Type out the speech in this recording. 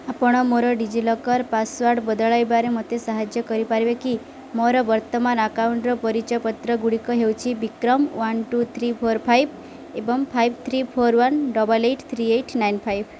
ଆପଣ ମୋର DigiLocker password ବଦଳାଇବାରେ ମୋତେ ସାହାଯ୍ୟ କରିପାରିବେ କି ମୋର ବର୍ତ୍ତମାନ ଆକାଉଣ୍ଟ୍ର ପରିଚୟପତ୍ରଗୁଡ଼ିକ ହେଉଛି Vikram one two three four five ଏବଂ five three four one double eight three eight nine five